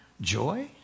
Joy